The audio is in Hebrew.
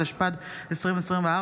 התשפ"ד 2024,